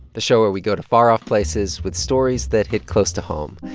the show where we go to far-off places with stories that hit close to home.